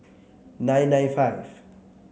nine nine five